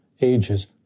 ages